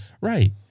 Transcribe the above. Right